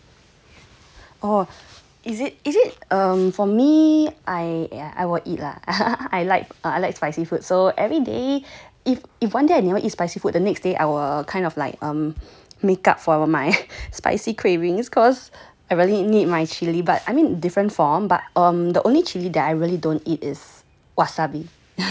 or is it is it um for me I will eat lah I like I like spicy food so everyday if if one day I never eat spicy food the next day I will kind of like um makeup for my spicy cravings cause I really need my chilli but I mean different form but the only chilli that I really don't eat is wasabi